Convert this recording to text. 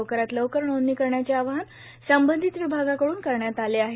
लवकरात लवकर नोदणी करण्याचे आवाहन संबंधित विभागाकडून करण्यात आले आहे